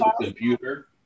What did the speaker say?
computer